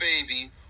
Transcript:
baby